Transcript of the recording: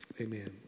Amen